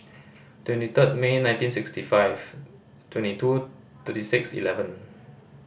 twenty third May nineteen sixty five twenty two thirty six eleven